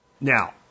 Now